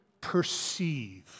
perceive